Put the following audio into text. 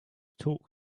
talk